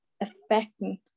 affecting